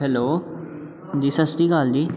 hello ਜੀ ਸਤਿ ਸ਼੍ਰੀ ਅਕਾਲ ਜੀ